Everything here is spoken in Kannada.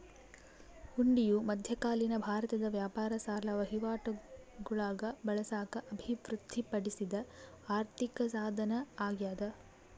ಹುಂಡಿಯು ಮಧ್ಯಕಾಲೀನ ಭಾರತದ ವ್ಯಾಪಾರ ಸಾಲ ವಹಿವಾಟುಗುಳಾಗ ಬಳಸಾಕ ಅಭಿವೃದ್ಧಿಪಡಿಸಿದ ಆರ್ಥಿಕಸಾಧನ ಅಗ್ಯಾದ